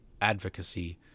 advocacy